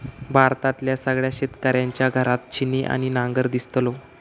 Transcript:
भारतातल्या सगळ्या शेतकऱ्यांच्या घरात छिन्नी आणि नांगर दिसतलो